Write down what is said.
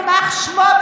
יימח שמו,